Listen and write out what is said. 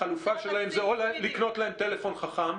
החלופה שלהם זה או לקנות להם טלפון חכם